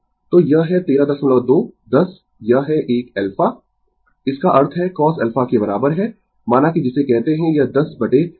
तो यह है 132 10 यह है एक α इसका अर्थ है cosα के बराबर है माना कि जिसे कहते है यह 10 1323